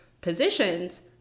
positions